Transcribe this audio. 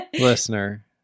listener